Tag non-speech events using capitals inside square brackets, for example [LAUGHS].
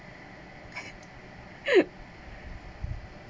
[LAUGHS]